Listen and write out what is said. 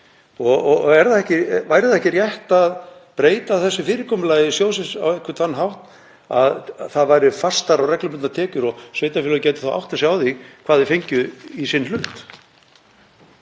Væri ekki rétt að breyta þessu fyrirkomulagi sjóðsins á einhvern þann hátt að það væru fastari og reglubundnari tekjur og sveitarfélög gætu þá áttað sig á því hvað þau fengju í sinn hlut?